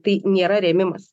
tai nėra rėmimas